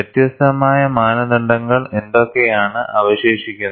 വ്യത്യസ്തമായ മാനദണ്ഡങ്ങൾ എന്തൊക്കെയാണ് അവശേഷിക്കുന്നത്